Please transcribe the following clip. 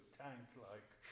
tank-like